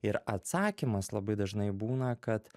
ir atsakymas labai dažnai būna kad